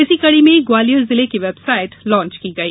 इसी कड़ी में ग्वालियर जिले की वेबसाइट लांच की गई